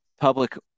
public